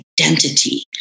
identity